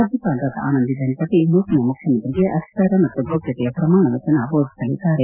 ರಾಜ್ಯಪಾಲರಾದ ಆನಂದಿ ಬೆನ್ ಪಟೇಲ್ ನೂತನ ಮುಖ್ಯಮಂತ್ರಿಗೆ ಅಧಿಕಾರ ಮತ್ತು ಗೌಪ್ಯತೆಯ ಪ್ರಮಾಣವಚನವನ್ನು ಬೋಧಿಸಲಿದ್ದಾರೆ